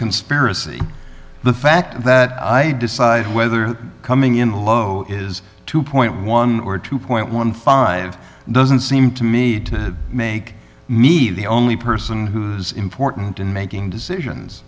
conspiracy the fact that i decide whether coming in low is two point one or two fifteen doesn't seem to me to make me the only person who is important in making decisions